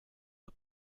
the